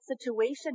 situation